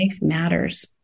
matters